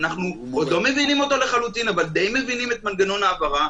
אנחנו עוד לא מבינים אותו לחלוטין אבל די מבינים את מנגנון ההעברה.